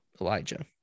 Elijah